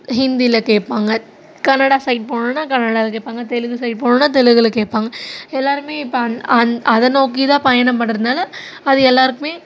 ஹிந்தியில் கேட்பாங்க கன்னடா சைட் போனோன்னால் கனடாவில் கேட்பாங்க தெலுங்கு சைட் போனோன்னால் தெலுங்கில் கேட்பாங்க எல்லாேருமே இப்போ அன் அந் அதை நோக்கிதான் பயணம் பண்ணுறதுனால அது எல்லாேருக்குமே